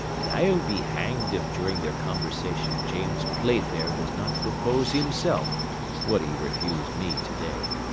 and i'll be hanged if during their conversation james playfair does not propose himself what he refused me to-day.